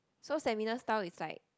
so seminar style is like